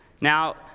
Now